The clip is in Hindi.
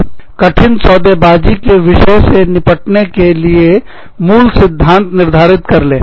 कठिन सौदेबाजी सौदाकारी के विषयों से निपटने के लिए मूल सिद्धांत निर्धारित कर ले